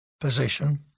position